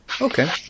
Okay